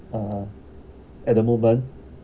uh at the moment